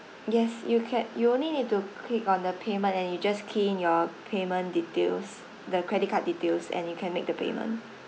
yes you can you only need to click on the payment and you just key in your payment details the credit card details and you can make the payment